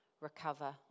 recover